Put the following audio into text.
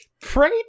Pray